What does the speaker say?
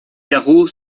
carreaux